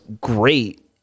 great